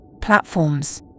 platforms